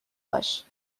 باش